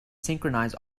synchronize